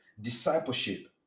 discipleship